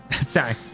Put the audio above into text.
sorry